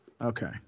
Okay